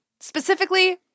Specifically